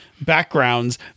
backgrounds